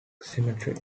cemetery